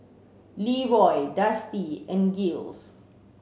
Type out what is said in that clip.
Leeroy Dusty and Giles